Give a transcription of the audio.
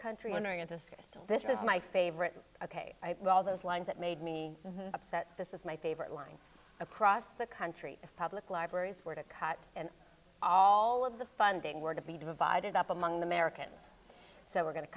country wondering in this case this is my favorite ok well those lines that made me upset this is my favorite line across the country public libraries were to cut and all of the funding were to be divided up among the american so we're going to